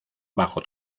bajo